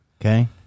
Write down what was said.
Okay